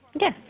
Yes